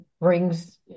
brings